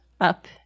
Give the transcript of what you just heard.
up